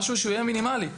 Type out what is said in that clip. משהו שיהיה מינימלי.